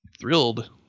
thrilled